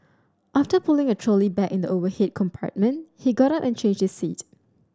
after putting a trolley bag in the overhead compartment he got up and changed his seat